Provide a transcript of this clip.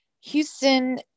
Houston